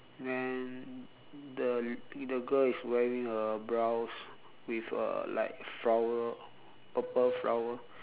and the the girl is wearing a blouse with a like flower purple flower